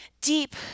deep